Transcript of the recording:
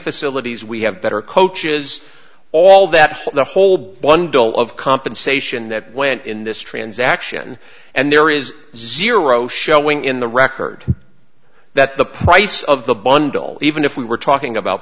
facilities we have better coaches all that the whole bundle of compensation that went in this transaction and there is zero showing in the record that the price of the bundle even if we were talking about